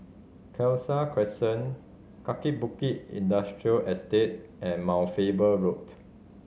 Khalsa Crescent Kaki Bukit Industrial Estate and Mount Faber Road